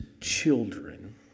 children